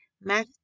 math